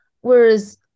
Whereas